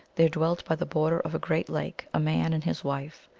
there dwelt by the border of a great lake a man and his wife.